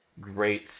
great